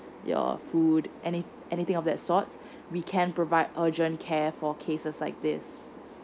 your food anything anything of that sort we can provide urgent care for cases like this